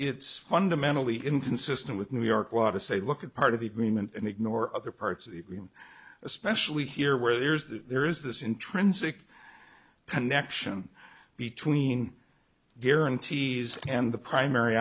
it's fundamentally inconsistent with new york law to say look at part of the agreement and ignore other parts especially here where there is that there is this intrinsic connection between guarantees and the primary